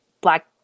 black